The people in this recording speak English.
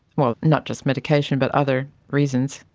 well, not just medication but other reasons,